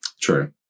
True